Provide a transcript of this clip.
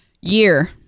year